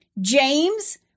James